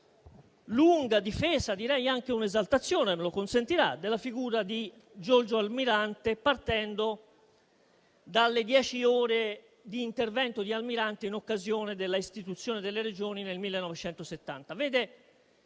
lunga difesa, direi anche un'esaltazione - me lo consentirà - della figura di Giorgio Almirante, partendo dalle sue dieci ore di intervento in occasione dell'istituzione delle Regioni nel 1970.